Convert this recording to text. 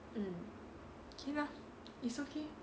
mm K lah is okay